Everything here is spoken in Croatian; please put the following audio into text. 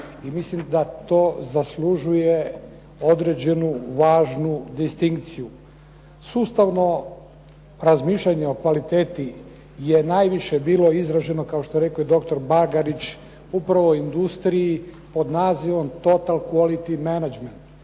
mislim da to zaslužuje određenu važnu distinkciju. Sustavno razmišljanje o kvaliteti je najviše bilo izraženo, kao što je rekao i doktor Bagarić, upravo u industriji pod nazivom "total quality menagment",